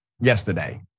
yesterday